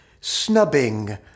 snubbing